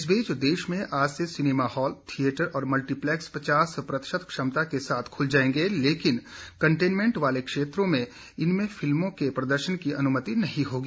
इस बीच देश में आज से सिनेमाहॉल थियेटर और मल्टीप्लेक्स पचास प्रतिशत क्षमता के साथ खुल जायेंगे लेकिन कंटेनमेंट वाले क्षेत्रों में इनमें फिल्मों के प्रदर्शन की अनुमति नहीं होगी